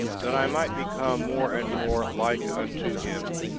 that i might become more and more like unto him.